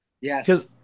Yes